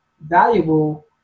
valuable